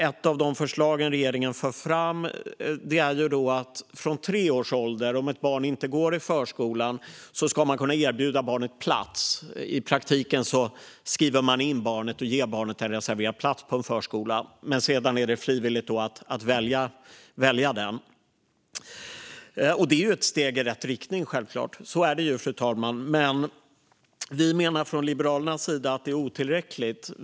Ett av de förslag som regeringen för fram är att man ska kunna erbjuda plats för barn från tre års ålder som inte går i förskolan. I praktiken skriver man in barnet och ger det en reserverad plats på en förskola. Sedan är det frivilligt att välja den. Detta är självklart ett steg i rätt riktning, fru talman. Men vi menar från Liberalernas sida att det är otillräckligt.